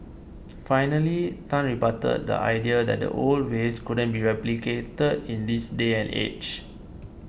finally Tan rebutted the idea that the old ways couldn't be replicated in this day and age